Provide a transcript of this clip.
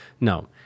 No